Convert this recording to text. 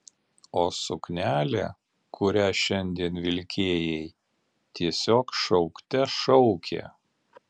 o suknelė kurią šiandien vilkėjai tiesiog šaukte šaukė